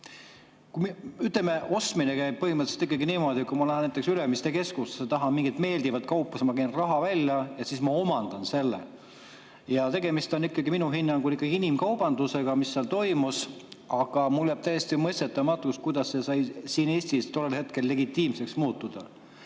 Ütleme, ostmine käib põhimõtteliselt ikkagi niimoodi, et kui ma lähen näiteks Ülemiste keskusesse ja tahan mingit meeldivat kaupa, siis ma käin raha välja ja ma omandan selle. Tegemist on minu hinnangul ikkagi inimkaubandusega, mis seal toimus, aga mulle jääb täiesti mõistetamatuks, kuidas see sai siin Eestis tollel hetkel legitiimseks muutuda.